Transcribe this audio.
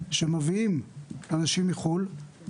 שמביאים אנשים מחו״ל,